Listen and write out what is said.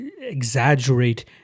exaggerate